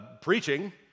preaching